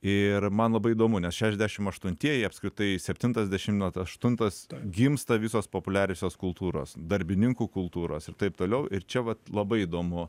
ir man labai įdomu nes šešdešim aštuntieji apskritai septintas dešimt aštuntas gimsta visos populiariosios kultūros darbininkų kultūros ir taip toliau ir čia vat labai įdomu